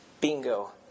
Bingo